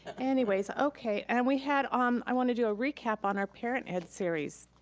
anyways, okay. and we had, um i wanna do a recap on our parent ed series.